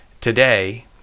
today